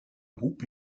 groupe